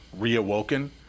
reawoken